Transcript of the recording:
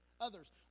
others